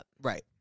right